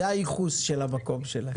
זה ייחוס של המקום שלה.